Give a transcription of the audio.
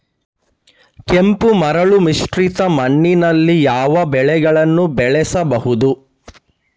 ಕೆಂಪು ಮರಳು ಮಿಶ್ರಿತ ಮಣ್ಣಿನಲ್ಲಿ ಯಾವ ಬೆಳೆಗಳನ್ನು ಬೆಳೆಸಬಹುದು?